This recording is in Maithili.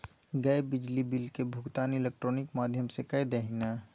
गै बिजली बिलक भुगतान इलेक्ट्रॉनिक माध्यम सँ कए दही ने